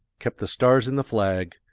kept the stars in the flag,